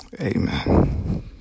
Amen